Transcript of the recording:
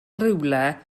rywle